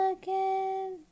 again